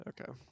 Okay